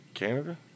Canada